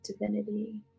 divinity